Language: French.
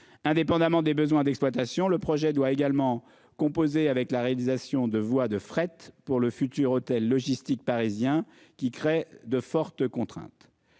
indépendamment des besoins d'exploitation. Le projet doit également composer avec la réalisation de voies de fret pour le futur hôtel logistique parisien qui crée de fortes contraintes.